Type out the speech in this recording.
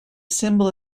symbol